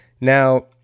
Now